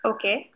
Okay